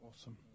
Awesome